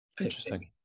interesting